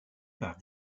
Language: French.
par